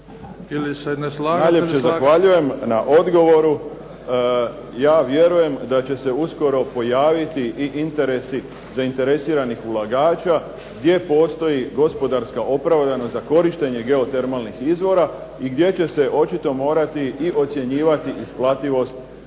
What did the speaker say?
najljepše zahvaljujem na odgovoru. Ja vjerujem da će se uskoro pojaviti i interesi zainteresiranih ulagača gdje postoji gospodarska opravdanost za korištenje geotermalnih izvora i gdje će se očito morati i ocjenjivati isplativost